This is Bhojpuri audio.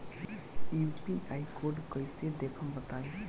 यू.पी.आई कोड कैसे देखब बताई?